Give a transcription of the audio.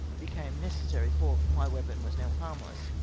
became necessary, for my weapon was now harmless.